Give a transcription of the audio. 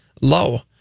low